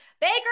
Baker